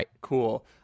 cool